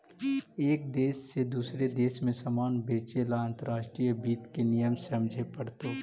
एक देश से दूसरे देश में सामान बेचे ला अंतर्राष्ट्रीय वित्त के नियम समझे पड़तो